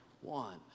one